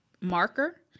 marker